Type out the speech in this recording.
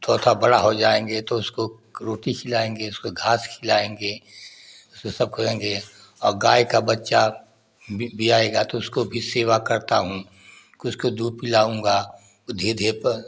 थोड़ा थोड़ा बड़ा हो जाएंगे तो उसको रोटी खिलाएंगे उसको घास खिलाएंगे उसको सब खिलाएंगे और गाय का बच्चा बियाएगा तो उसको भी सेवा करता हूँ कि उसको दूध पिलाऊँगा ऊ धीरे धीरे पे